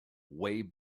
way